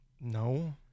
No